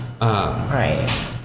right